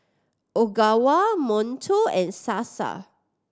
Ogawa Monto and Sasa